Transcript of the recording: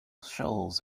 shoals